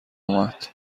اومد